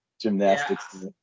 gymnastics